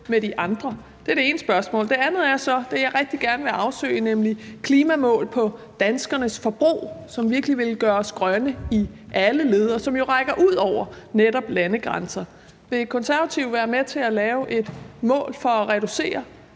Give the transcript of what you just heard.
med de andre? Det er det ene spørgsmål. Det andet er så om det, jeg rigtig gerne vil afsøge, nemlig klimamål på danskernes forbrug, som virkelig ville gøre os grønne i alle led, og som jo rækker ud over netop landegrænser. Vil Konservative være med til at lave et mål for at reducere